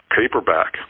paperback